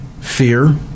fear